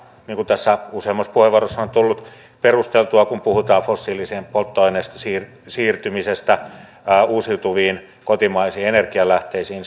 niin kuin tässä useammassa puheenvuorossa on tullut perusteltua kun puhutaan fossiilisista polttoaineista siirtymisestä uusiutuviin kotimaisiin energianlähteisiin